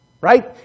Right